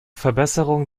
verbesserung